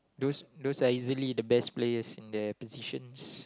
those those are easily the best players in their positions